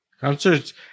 Concerts